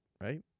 right